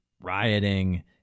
rioting